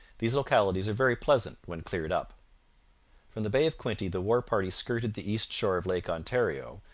these localities are very pleasant when cleared up from the bay of quinte the war-party skirted the east shore of lake ontario,